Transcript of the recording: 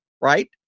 right